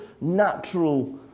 natural